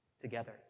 together